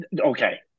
Okay